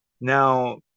now